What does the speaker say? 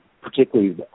particularly